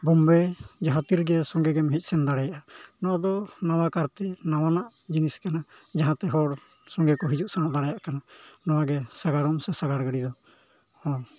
ᱵᱳᱢᱵᱮ ᱡᱟᱦᱟᱸ ᱛᱤ ᱨᱮᱜᱮ ᱥᱚᱸᱜᱮ ᱜᱮᱢ ᱦᱮᱡ ᱥᱮᱱ ᱫᱟᱲᱮᱭᱟᱜᱼᱟ ᱱᱚᱣᱟ ᱫᱚ ᱱᱟᱣᱟ ᱠᱟᱨᱛᱮ ᱱᱟᱣᱟᱱᱟᱜ ᱡᱤᱱᱤᱥ ᱠᱟᱱᱟ ᱡᱟᱦᱟᱸ ᱛᱮ ᱦᱚᱲ ᱥᱚᱸᱜᱮ ᱠᱚ ᱦᱤᱡᱩᱜ ᱥᱮᱱᱚᱜ ᱫᱟᱲᱮᱭᱟᱜ ᱠᱟᱱᱟ ᱱᱚᱣᱟ ᱥᱟᱸᱜᱟᱲᱚᱢ ᱥᱮ ᱥᱟᱸᱜᱟᱲ ᱜᱟᱹᱰᱤ ᱫᱚ ᱦᱚᱸ